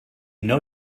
know